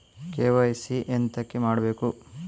KYC ಎಂತಕೆ ಕೊಡ್ಬೇಕು?